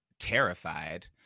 Terrified